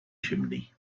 chimney